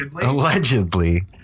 allegedly